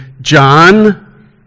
John